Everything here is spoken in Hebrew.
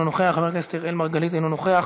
אינו נוכח,